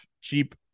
cheap